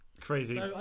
Crazy